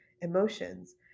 emotions